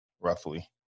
roughly